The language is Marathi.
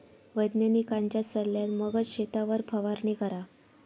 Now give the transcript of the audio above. वैज्ञानिकांच्या सल्ल्यान मगच शेतावर फवारणी करा